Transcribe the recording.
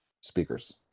Speakers